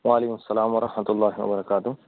و علیکم السلام و رحمۃ اللہ و برکاتہ